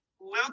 Luke